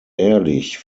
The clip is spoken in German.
ehrlich